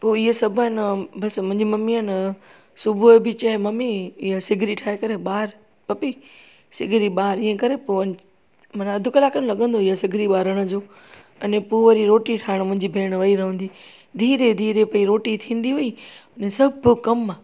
पोइ इहे सभु आहे न बसि मुंहिंजी ममी आहे न सुबुह बि चए ममी हीअ सिगिड़ी ठाहे करे ॿार पप्पी सिगिड़ी ॿार ईअं करे पोइ माना अधि कलाक खनि लॻंदो हो इहा सिगिड़ी ॿारण जो आने पोइ वरी रोटी ठाहिण मुंहिंजी भेण वेई रहंदी धीरे धीरे पई रोटी थींदी हुई सभु कम